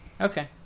Okay